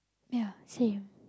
ya same